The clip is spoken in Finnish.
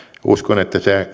uskon että